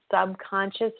subconscious